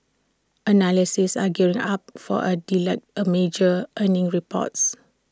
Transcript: analysts are gearing up for A deluge A major earnings reports